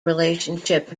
relationship